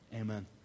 amen